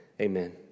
Amen